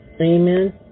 Amen